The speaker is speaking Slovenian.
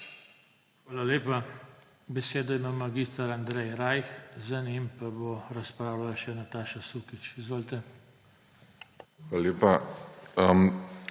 Hvala lepa. Besedo ima mag. Andrej Rajh. Za njim pa bo razpravljala še Nataša Sukič. Izvolite. MAG.